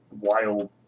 wild